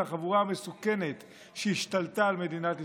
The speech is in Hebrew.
החבורה המסוכנת שהשתלטה על מדינת ישראל.